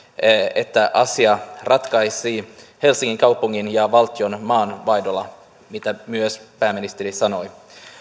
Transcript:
että asia ratkaistaisiin helsingin kaupungin ja valtion maan vaihdolla mitä myös pääministeri sanoi